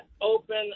open